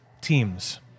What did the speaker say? Teams